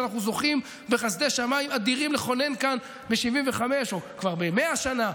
שאנחנו זוכים בחסדי שמיים אדירים לכונן כאן ב-75 או כבר ב-100 שנה,